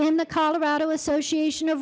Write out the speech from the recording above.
in the colorado association of